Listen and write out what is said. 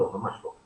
ממש לא.